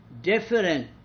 different